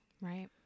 Right